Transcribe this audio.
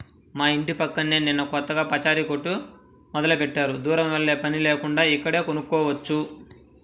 మా యింటి పక్కనే నిన్న కొత్తగా పచారీ కొట్టు మొదలుబెట్టారు, దూరం వెల్లేపని లేకుండా ఇక్కడే కొనుక్కోవచ్చు